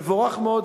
מבורך מאוד.